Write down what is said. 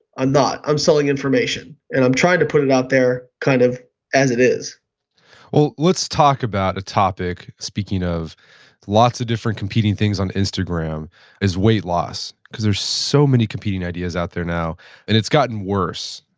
ah not. i'm selling information and i'm trying to put it out there kind of as it is well, let's talk about a topic speaking of lots of different competing things on instagram is weight loss, because there's so many competing ideas out there now and it's gotten worse,